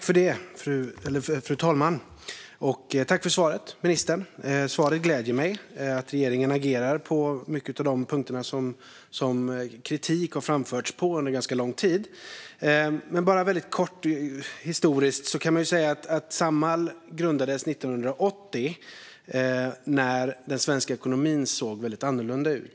Fru talman! Jag tackar ministern för svaret. Svaret gläder mig. Regeringen agerar på många av de punkter där kritik har framförts under lång tid. Låt mig kort ta upp historien. Samhall grundades 1980 när den svenska ekonomin såg annorlunda ut.